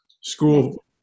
school